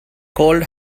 cold